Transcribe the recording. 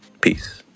Peace